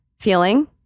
feeling